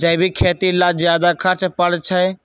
जैविक खेती ला ज्यादा खर्च पड़छई?